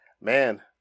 Man